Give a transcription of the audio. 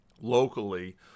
locally